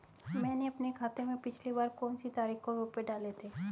मैंने अपने खाते में पिछली बार कौनसी तारीख को रुपये डाले थे?